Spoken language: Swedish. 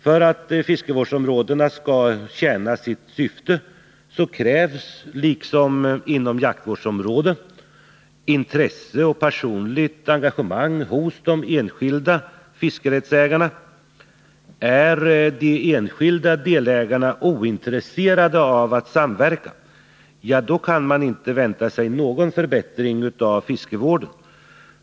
För att fiskevårdsområ dena skall tjäna sitt syfte krävs, liksom inom jaktvårdsområden, intresse och personligt engagemang hos de enskilda fiskerättsägarna. Är de enskilda delägarna ointresserade av att samverka kan man inte vänta sig någon förbättring av fiskevården.